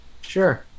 Sure